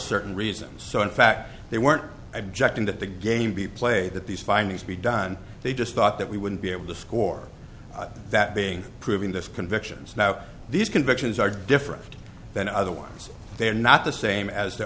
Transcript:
certain reasons so in fact they weren't objecting that the game be played that these findings be done they just thought that we wouldn't be able to score that being proving this convictions now these convictions are different than other ones they're not the same as t